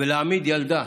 להעמיד ילדה